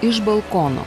iš balkono